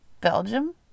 Belgium